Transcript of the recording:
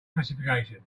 classification